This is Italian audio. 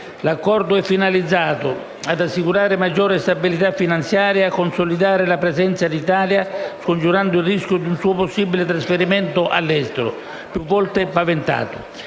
L'Accordo è finalizzato ad assicurarle maggiore stabilità finanziaria e a consolidarne la presenza in Italia, scongiurando il rischio di un suo possibile trasferimento all'estero, più volte paventato.